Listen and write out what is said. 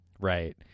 right